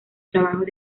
trabajos